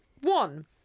one